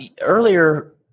Earlier